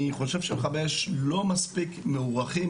אני חושב שמכבי האש לא מספיק מוערכים,